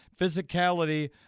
physicality